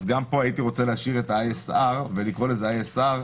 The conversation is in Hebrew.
אז גם פה הייתי רוצה להשאיר את ה-ISR ולקרוא לזה "ISR,